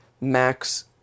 Max